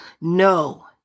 No